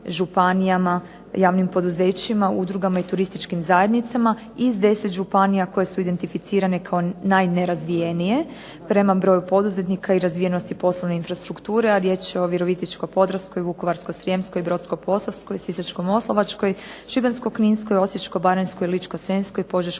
županijama, javnim poduzećima, udrugama i turističkim zajednicama iz 10 županija koje su identificirane kao najnerazvijenije prema broju poduzetnika i razvijenosti poslovne infrastrukture, a riječ je o Virovitičko-podravskoj, Vukovarsko-srijemskoj, Brodsko-posavskoj, Sisačko-moslavačkoj, Šibenskoj-Kninskoj, Osječko-baranjskoj, Ličko-Senjskoj, Požeško-slavonskoj,